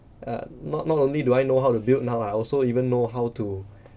uh not not only do I know how to build now I also even know how to